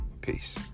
Peace